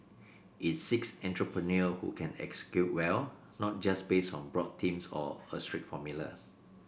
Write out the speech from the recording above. it seeks entrepreneur who can execute well not just based on broad themes or a strict formula